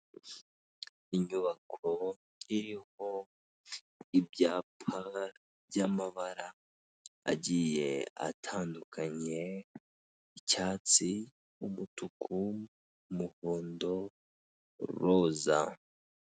Inyubako iriho ibyapa by'amabara agiye atandukanye icyatsi, umutuku, umuhondo, roza.